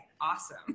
Awesome